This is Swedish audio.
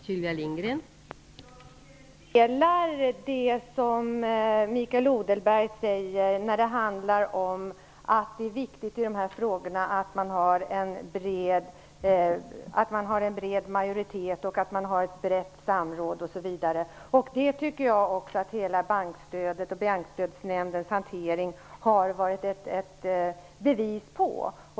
Fru talman! Jag håller med om det som Mikael Odenberg säger när det handlar om att det är viktigt att man har en bred majoritet och ett brett samråd i de här frågorna. Det tycker jag att bankstödet och Bankstödsnämndens hantering har varit bevis på.